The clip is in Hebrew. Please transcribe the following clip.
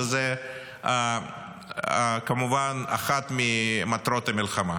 שזה כמובן אחת ממטרות המלחמה,